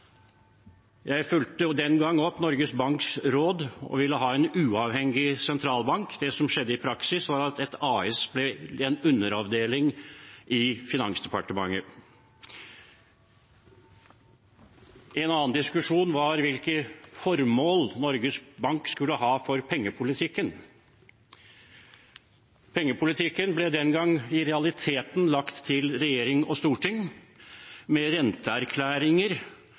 Jeg fulgte den gang opp Norges Banks råd og ville ha en uavhengig sentralbank. Det som skjedde i praksis, var at et AS ble en underavdeling i Finansdepartementet. En annen diskusjon var hvilke formål Norges Bank skulle ha for pengepolitikken. Pengepolitikken ble den gang i realiteten lagt til regjering og storting, med renteerklæringer